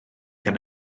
gan